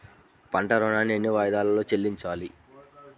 పంట ఋణాన్ని ఎన్ని వాయిదాలలో చెల్లించాలి?